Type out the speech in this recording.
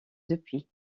depuis